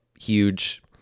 huge